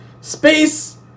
space